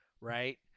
Right